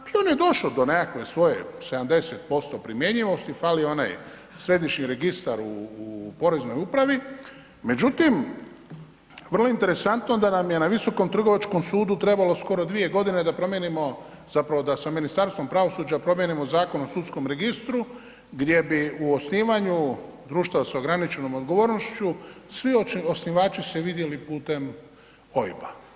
I on je došao do nekakve svoje 70% primjenjivosti, fali onaj središnji registar u Poreznoj upravi, međutim vrlo interesantno da nam je na Visokom trgovačkom sudu trebalo skoro dvije godine da promijenimo zapravo da sa Ministarstvom pravosuđa promijenimo Zakon o sudskom registru gdje bi u osnivanju društva s ograničenom odgovornošću svi osnivači se vidjeli putem OIB-a.